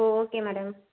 O okay madam